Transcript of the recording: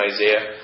Isaiah